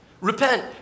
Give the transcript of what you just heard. repent